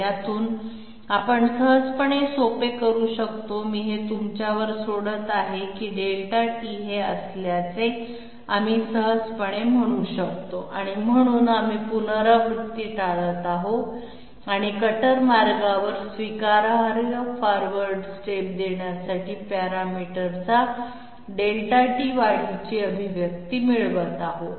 यातून आपण सहजपणे सोपे करू शकतो मी हे तुमच्यावर सोडत आहे की ∆t हे असल्याचे आम्ही सहजपणे म्हणू शकतो म्हणून आम्ही पुनरावृत्ती टाळत आहोत आणि कटर मार्गावर स्वीकारार्ह फॉरवर्ड स्टेप देण्यासाठी पॅरामीटरचा ∆t वाढीची अभिव्यक्ती मिळवत आहोत